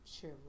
sure